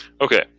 Okay